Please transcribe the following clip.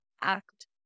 act